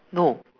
no